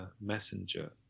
messenger